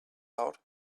loud